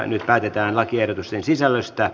nyt päätetään lakiehdotusten sisällöstä